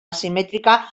asimètrica